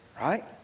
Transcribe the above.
Right